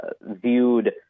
viewed